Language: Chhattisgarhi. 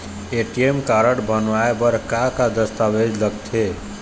ए.टी.एम कारड बनवाए बर का का दस्तावेज लगथे?